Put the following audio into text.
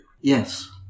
Yes